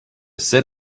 sit